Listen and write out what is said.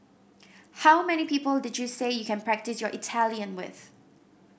how many people did you say you can practise your Italian with